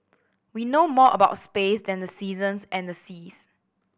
we know more about space than the seasons and the seas